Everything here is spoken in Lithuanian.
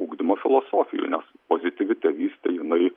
ugdymo filosofijų nes pozityvi tėvystė jinai